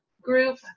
group